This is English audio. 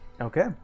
Okay